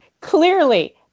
clearly